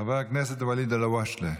חבר הכנסת ואליד אלהואשלה,